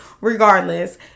Regardless